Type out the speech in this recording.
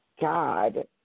God